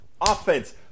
offense